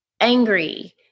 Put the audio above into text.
angry